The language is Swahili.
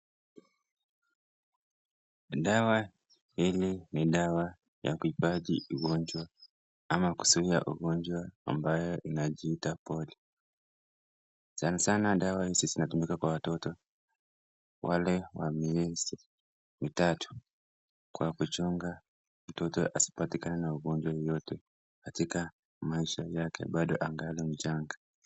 Dawa hili ni dawa ya kuhifadhi ugonjwa ama kuzuia ugonjwa ambayo inajiita polio. Sana sana dawa hizi zinatumika kwa watoto wale wa miezi mitatu kwa kuchunga mtoto asipatikane na ungonjwa yoyote katika maisha yake bado angali mchanga.